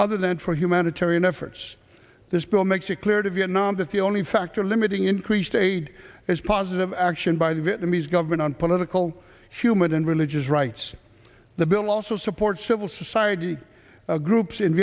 other than for humanitarian efforts this bill makes it clear to vietnam that the only factor limiting increased aid is positive action by the vietnamese government on political human and religious rights the bill also supports civil society groups in